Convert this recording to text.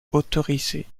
autorisées